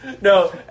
No